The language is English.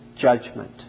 judgment